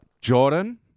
Jordan